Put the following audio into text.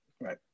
Right